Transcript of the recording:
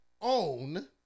own